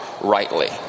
rightly